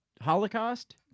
holocaust